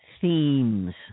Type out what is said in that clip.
themes